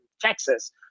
Texas